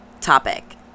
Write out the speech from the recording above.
topic